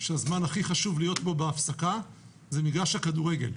שהזמן הכי חשוב להיות בו בהפסקה זה מגרש הכדורגל,